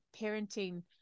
parenting